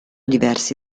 diversi